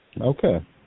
Okay